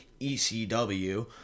ECW